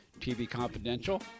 tvconfidential